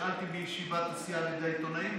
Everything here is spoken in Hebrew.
נשאלתי בישיבת הסיעה על ידי העיתונאים,